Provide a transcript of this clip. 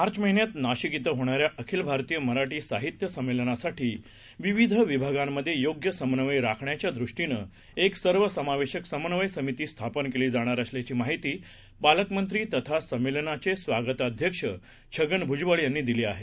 मार्च महिन्यात नाशिक येथे होणाऱ्या अखिल भारतीय मराठी साहित्य संमेलनासाठी विविध विभागांमध्ये योग्य समन्वय राखण्याच्या दृष्टीनं एक सर्वसमावेशक समन्वय समिती स्थापन केली जाणार असल्याची माहिती पालकमंत्री तथा संमेलनाचे स्वागताध्यक्ष छगन भुजबळ यांनी दिली आहे